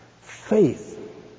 Faith